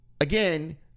again